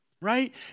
right